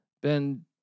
Ben